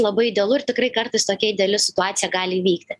labai idealu ir tikrai kartais tokia ideali situacija gali įvykti